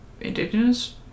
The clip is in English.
Indigenous